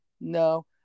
no